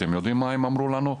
אתם יודעים מה הם אמרו לנו?